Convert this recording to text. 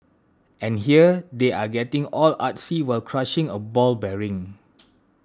and here they are getting all artsy while crushing a ball bearing